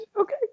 okay